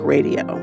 Radio